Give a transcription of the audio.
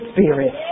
Spirit